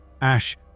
Ash